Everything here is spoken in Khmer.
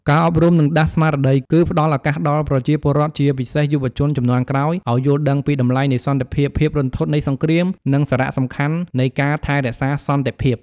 ការអប់រំ និងដាស់ស្មារតី គឺផ្ដល់ឱកាសដល់ប្រជាពលរដ្ឋ ជាពិសេសយុវជនជំនាន់ក្រោយ ឱ្យយល់ដឹងពីតម្លៃនៃសន្តិភាព ភាពរន្ធត់នៃសង្គ្រាម និងសារៈសំខាន់នៃការថែរក្សាសន្តិភាព។